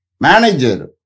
manager